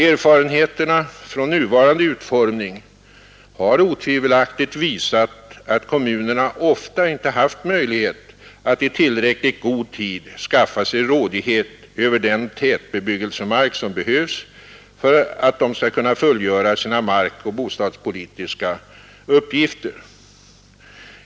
Erfarenheterna från nuvarande utformning har otvivelaktigt visat att kommunerna ofta inte haft möjlighet att i tillräckligt god tid skaffa sig rådighet över den tätbebyggelsemark som behövs för att de skall kunna fullgöra sina markoch bostadspolitiska uppgifter.